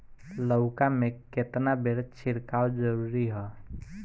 लउका में केतना बेर छिड़काव जरूरी ह?